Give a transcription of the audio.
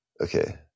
Okay